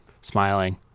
smiling